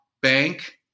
bank